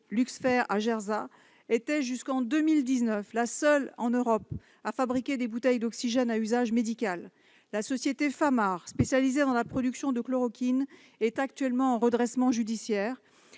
Luxfer, à Gerzat, était jusqu'en 2019 la seule en Europe à fabriquer des bouteilles d'oxygène à usage médical. La société Famar, spécialisée dans la production de chloroquine, est actuellement en redressement judiciaire.